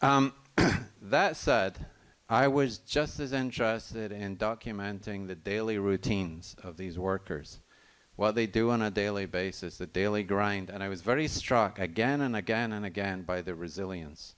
that said i was just as interested in documenting the daily routines of these workers what they do on a daily basis the daily grind and i was very struck again and again and again by their resilience